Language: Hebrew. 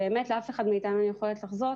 לאף אחד מאתנו אין יכולת לחזות